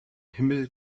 himmel